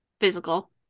physical